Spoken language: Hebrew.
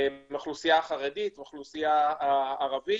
מן האוכלוסייה החרדית והאוכלוסייה הערבית,